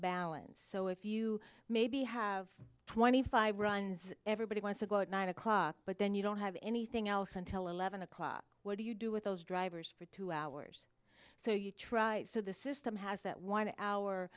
balance so if you maybe have twenty five runs everybody wants to go at nine o'clock but then you don't have anything else until eleven o'clock what do you do with those drivers for two hours so you try so the system has that one hour